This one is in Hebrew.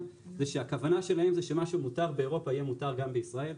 היא שהכוונה שלהם היא שמה שמותר באירופה יהיה מותר גם בישראל,